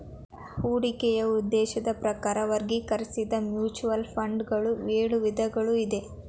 ಹೂಡಿಕೆಯ ಉದ್ದೇಶದ ಪ್ರಕಾರ ವರ್ಗೀಕರಿಸಿದ್ದ ಮ್ಯೂಚುವಲ್ ಫಂಡ್ ಗಳು ಎಳು ವಿಧಗಳು ಇದೆ